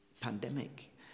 pandemic